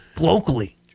Locally